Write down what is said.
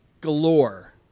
galore